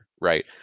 right